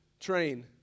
train